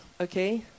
okay